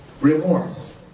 Remorse